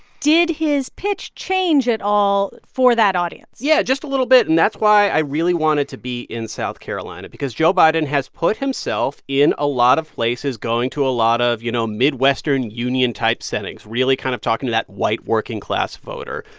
did his pitch change at all for that audience? yeah, just a little bit. and that's why i really wanted to be in south carolina because joe biden has put himself in a lot of places, going to a lot of, you know, midwestern union-type settings, really kind of talking to that white working-class voter.